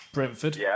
Brentford